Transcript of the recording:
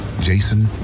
Jason